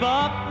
up